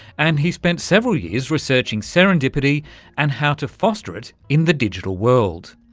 and he's spent several years researching serendipity and how to foster it in the digital world.